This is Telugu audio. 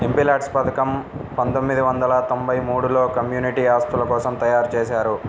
ఎంపీల్యాడ్స్ పథకం పందొమ్మిది వందల తొంబై మూడులో కమ్యూనిటీ ఆస్తుల కోసం తయ్యారుజేశారు